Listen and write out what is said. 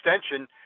extension